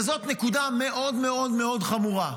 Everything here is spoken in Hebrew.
זאת נקודה מאוד מאוד מאוד חמורה,